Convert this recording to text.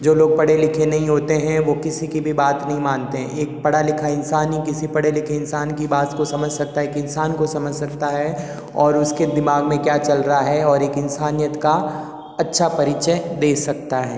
जो लोग पढ़े लिखे नहीं होते हैं वो किसी की भी बात नहीं मानते एक पढ़ा लिखा इंसान ही किसी पढ़े लिखे इंसान की बात को समझ सकता है एक इंसान को समझ सकता है और उसके दिमाग में क्या चल रहा है और एक इंसानियत का अच्छा परिचय दे सकता है